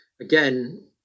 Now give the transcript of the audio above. again